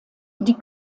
die